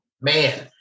man